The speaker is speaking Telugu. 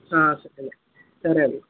సరే సరే అండీ